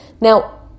Now